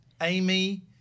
Amy